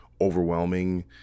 overwhelming